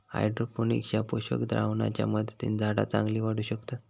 hydroponics ह्या पोषक द्रावणाच्या मदतीन झाडा चांगली वाढू शकतत